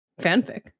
fanfic